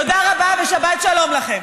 תודה רבה, ושבת שלום לכם.